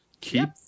keep